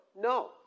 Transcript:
No